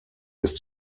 ist